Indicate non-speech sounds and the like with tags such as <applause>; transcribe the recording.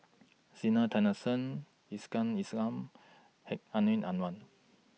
Zena Tessensohn Iskandar <unintelligible> Hedwig Anuar